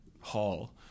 hall